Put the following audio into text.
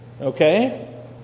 Okay